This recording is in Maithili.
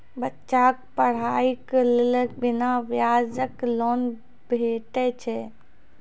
बच्चाक पढ़ाईक लेल बिना ब्याजक लोन भेटै छै?